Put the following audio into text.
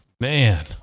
Man